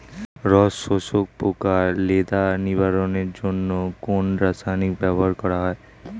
রস শোষক পোকা লেদা নিবারণের জন্য কোন রাসায়নিক ব্যবহার করা হয়?